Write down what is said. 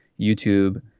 YouTube